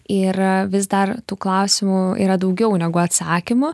ir vis dar tų klausimų yra daugiau negu atsakymų